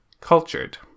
cultured